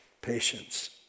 patience